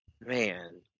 man